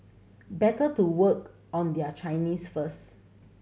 better to work on their Chinese first